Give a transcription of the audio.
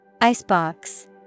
icebox